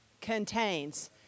contains